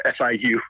FIU